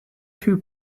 two